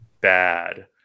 bad